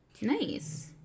nice